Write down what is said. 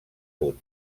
punt